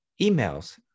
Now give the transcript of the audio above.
Emails